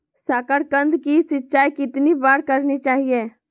साकारकंद की सिंचाई कितनी बार करनी चाहिए?